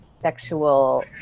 sexual